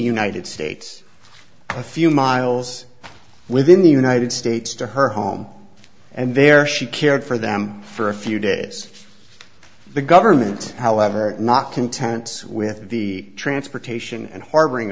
united states a few miles within the united states to her home and there she cared for them for a few days the government however not content with the transportation and harboring